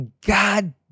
God